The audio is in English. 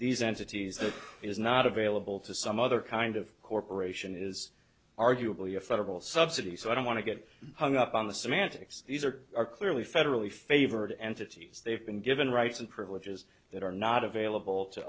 these entities that is not available to some other kind of corporation is arguably a federal subsidy so i don't want to get hung up on the semantics these are are clearly federally favored entities they've been given rights and privileges that are not available to